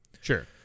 Sure